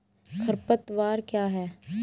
खरपतवार क्या है?